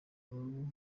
ababo